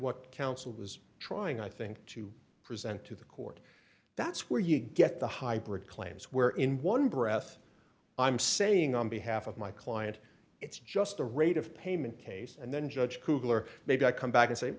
what counsel was trying i think to present to the court that's where you get the hybrid claims where in one breath i'm saying on behalf of my client it's just a rate of payment case and then judge kugler maybe i come back and say